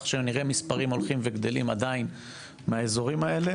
שנראה מספרים הולכים וגדלים מהאזורים האלה,